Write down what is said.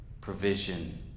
provision